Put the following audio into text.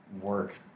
work